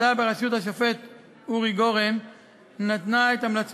ממשלת ישראל הקימה ועדה ציבורית לבחינת אמות המידה לזכאות